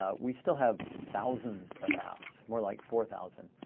ah we still have thousands of apps more like four thousand,